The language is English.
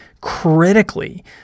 critically